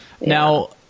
Now